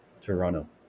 Toronto